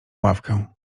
ławkę